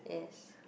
yes